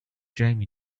jamie